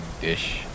dish